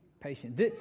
patient